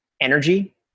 energy